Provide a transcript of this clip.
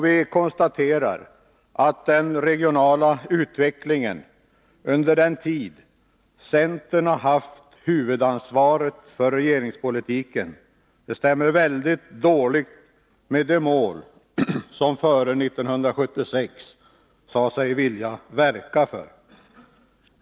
Vi konstaterar att den regionala utvecklingen under den tid centern har haft huvudansvaret för regeringspolitiken stämmer väldigt dåligt med de mål som man före 1976 sade sig vilja verka för.